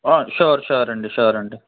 sure sure అండి sure అండి